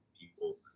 people